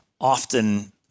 often